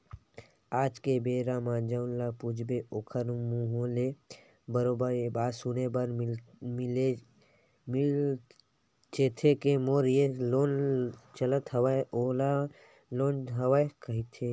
आज के बेरा म जउन ल पूछबे ओखर मुहूँ ले बरोबर ये बात सुने बर मिलथेचे के मोर ये लोन चलत हवय ओ लोन चलत हवय कहिके